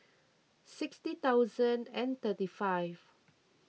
sixty thousand thirty five